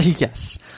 Yes